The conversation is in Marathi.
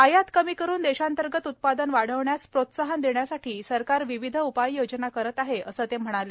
आयात कमी करुन देशांतर्गत उत्पादन वाढवण्यास प्रोत्साहन देण्यासाठी सरकार विविध उपाययोजना करत आहे असं ते म्हणाले